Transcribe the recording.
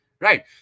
right